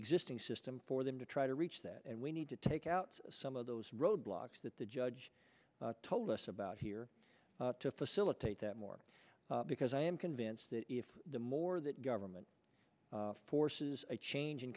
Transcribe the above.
existing system for them to try to reach that and we need to take out some of those roadblocks that the judge told us about here to facilitate that more because i am convinced that if the more that government forces a chang